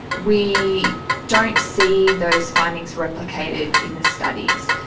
we don't see those findings replicated in the studies.